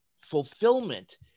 fulfillment